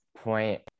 point